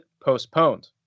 postponed